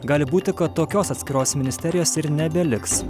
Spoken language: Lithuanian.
gali būti kad tokios atskiros ministerijos ir nebeliks